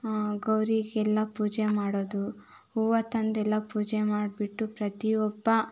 ಗೌರಿಗೆಲ್ಲ ಪೂಜೆ ಮಾಡೋದು ಹೂವು ತಂದು ಎಲ್ಲ ಪೂಜೆ ಮಾಡಿಬಿಟ್ಟು ಪ್ರತಿಯೊಬ್ಬ